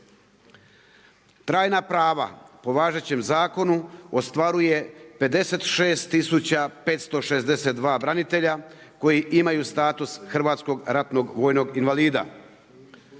Trajna prava po važećem zakonu ostvaruje 56 562 branitelja koji imaju status hrvatskog ratnog vojnog invalida.